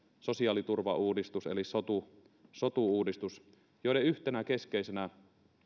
sosiaaliturvauudistuksen eli sotu sotu uudistuksen joiden yhtenä keskeisenä